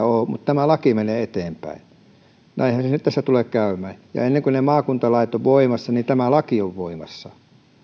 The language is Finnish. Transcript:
ole maakuntia mutta tämä laki menee eteenpäin näinhän tässä tulee käymään ja ennen kuin ne maakuntalait ovat voimassa niin tämä laki on voimassa